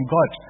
God